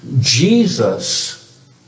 Jesus